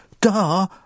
duh